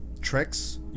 tricks